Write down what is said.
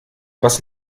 was